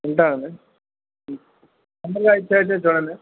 ఉంటాను అండి తొందరగా ఇచ్చేటట్టు చూడండి